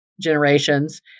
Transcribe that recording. generations